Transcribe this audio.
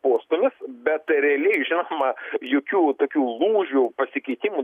postūmis bet tai realiai žinoma jokių tokių lūžių pasikeitimų